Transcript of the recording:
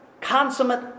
consummate